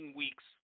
weeks